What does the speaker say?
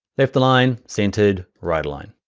left line, centered, right line.